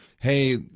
hey